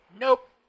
Nope